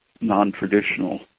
non-traditional